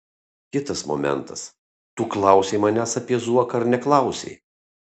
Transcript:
kitas momentas tu klausei manęs apie zuoką ar neklausei